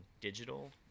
digital